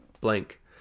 blank